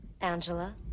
Angela